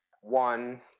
One